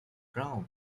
crown